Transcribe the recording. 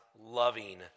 loving